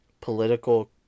political